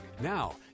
Now